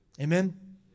Amen